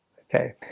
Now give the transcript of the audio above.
Okay